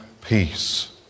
peace